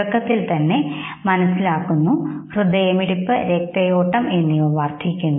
തുടക്കത്തിൽ തന്നെ ഞങ്ങൾ മനസ്സിലാക്കുന്നത് ഹൃദയമിടിപ്പ് രക്തയോട്ടം എന്നിവ വർദ്ധിക്കുന്നു